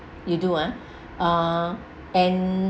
you do ah uh and